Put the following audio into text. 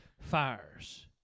fires